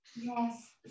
Yes